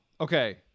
Okay